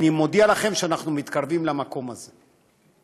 אני מודיע לכם שאנחנו מתקרבים למקום הזה.